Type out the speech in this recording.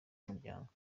umuryango